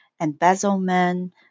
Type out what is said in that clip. embezzlement